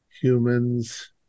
Humans